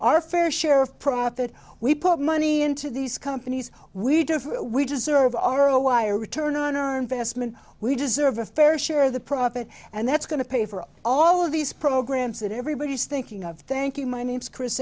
our fair share of profit that we put money into these companies we do for we deserve our a wire return on our investment we deserve a fair share the profit and that's going to pay for all of these programs that everybody is thinking of thank you my name's chris